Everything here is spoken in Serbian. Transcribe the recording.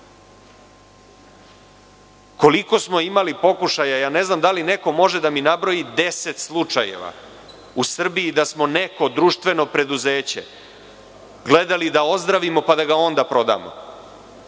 smo imali pokušaja, ne znam da li neko može da mi nabroji 10 slučajeva u Srbiji da smo neko društveno preduzeće gledali da ozdravimo pa da ga onda prodamo.